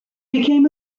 became